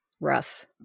Rough